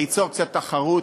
ליצור קצת תחרות,